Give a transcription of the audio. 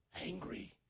Angry